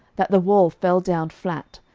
that the wall fell down flat,